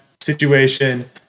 situation